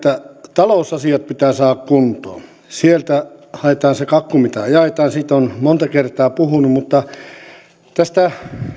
talousasiat pitää saada kuntoon sieltä haetaan se kakku mitä jaetaan siitä olen monta kertaa puhunut tästä